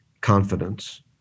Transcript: confidence